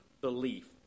belief